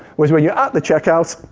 was when you're at the checkout.